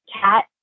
CAT